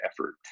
effort